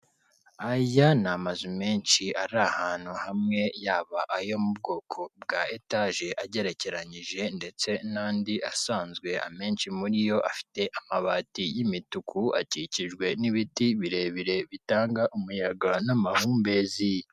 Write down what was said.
Aya ni amazu menshi ari ahantu hamwe yaba ayo mu bwoko ba etaje agerekeranyije ndetse n'andi asanzwe, amenshi muri yo afite amabati y'imutuku akikijwe n'ibiti birebire bitanga umuyaga n'amahumbezi.